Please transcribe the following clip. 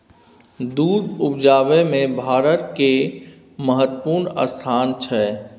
दूध उपजाबै मे भारत केर महत्वपूर्ण स्थान छै